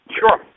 sure